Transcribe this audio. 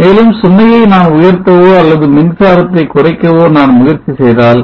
மேலும் சுமையை நான் உயர்த்தவோ அல்லது மின்சாரம் ஐ குறைக்கவோ நான் முயற்சி செய்தால்